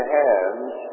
hands